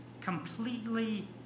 completely